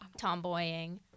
tomboying